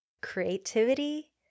Creativity